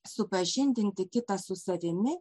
supažindinti kitą su savimi